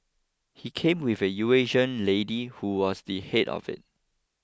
he came with a Eurasian lady who was the head of it